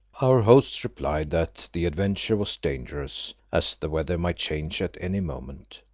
our hosts replied that the adventure was dangerous, as the weather might change at any moment.